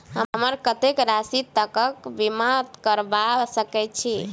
हम कत्तेक राशि तकक बीमा करबा सकै छी?